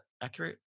accurate